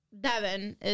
Devin